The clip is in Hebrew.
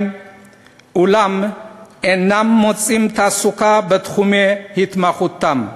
אולם אינם מוצאים תעסוקה בתחומי התמחותם.